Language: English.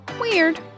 Weird